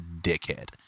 dickhead